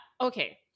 okay